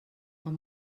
amb